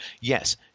Yes